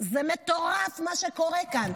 זה מטורף מה שקורה כאן,